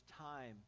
time